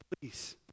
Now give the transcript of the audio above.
Please